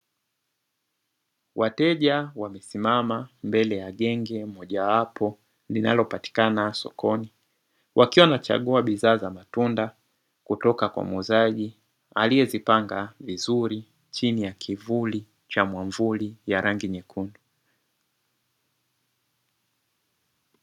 Wateja wamesimama mbele ya genge moja wapo linalopatikana sokoni, wakiwa wanachagua bidhaa za matunda kutoka kwa muuzaji aliyezipanga vizuri chini ya kivuli cha mwamvuli ya rangi nyekundu.